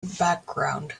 background